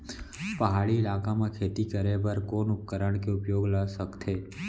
पहाड़ी इलाका म खेती करें बर कोन उपकरण के उपयोग ल सकथे?